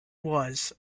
was